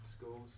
schools